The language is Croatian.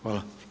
Hvala.